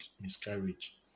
miscarriage